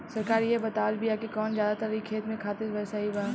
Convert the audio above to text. सरकार इहे बतावत बिआ कि कवन खादर ई खेत खातिर सही बा